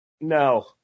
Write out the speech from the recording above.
no